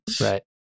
Right